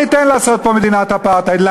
לא ניתן לעשות פה מדינת אפרטהייד.